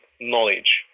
knowledge